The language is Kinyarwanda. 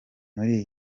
muri